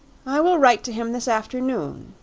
i will write to him this afternoon,